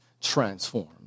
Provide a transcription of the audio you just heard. transformed